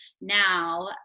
now